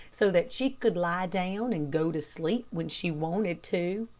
so that she could lie down and go to sleep when she wanted to.